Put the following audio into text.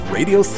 Radio